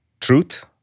truth